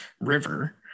river